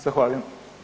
Zahvaljujem.